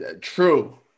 true